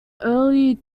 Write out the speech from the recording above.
early